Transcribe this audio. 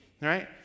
right